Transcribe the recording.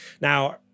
Now